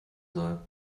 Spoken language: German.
soll